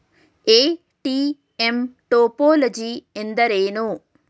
ATM topology ಎಂದರೇನು?